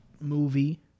movie